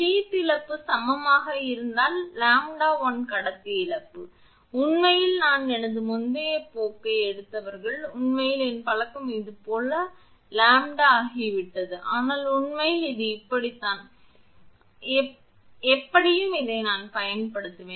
sheath இழப்பு சமமாக இருந்தால் 𝜆1 கடத்தி இழப்பு உண்மையில் நான் எனது முந்தைய போக்கை எடுத்தவர்கள் உண்மையில் என் பழக்கம் இது போல் லாம்ப்டா ஆகிவிட்டது ஆனால் உண்மையில் இது இப்படி தான் ஆனால் எப்படியும் இதை நான் பயன்படுத்துவேன்